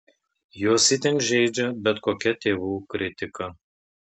juos itin žeidžia bet kokia tėvų kritika